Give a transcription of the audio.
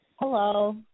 Hello